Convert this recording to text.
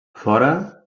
fora